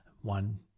One